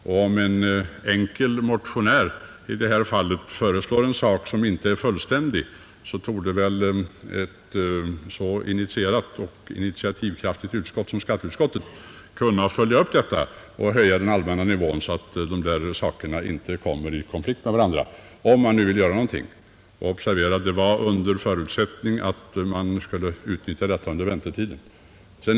Om en enkel motionär föreslår något som inte är fullständigt, torde ett så initierat och initiativkraftigt utskott som skatteutskottet kunna följa upp frågan och höja skattenivån, så att de båda skattesatserna inte kommer i konflikt med varandra — om utskottet nu vill göra något. Observera att förutsättningen var att denna skatt skulle uttas under tiden som vi väntar på alkoholpolitiska utredningens förslag.